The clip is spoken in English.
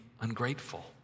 ungrateful